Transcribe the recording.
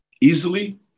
easily